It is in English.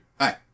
Hi